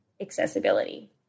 accessibility